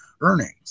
earnings